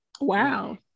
wow